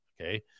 Okay